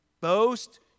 boast